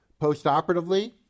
Postoperatively